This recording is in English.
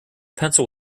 pencil